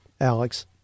Alex